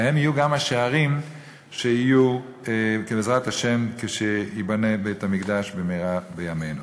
שהם יהיו גם השערים שיהיו בעזרת השם כשיבנה בית-המקדש במהרה בימינו.